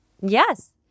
Yes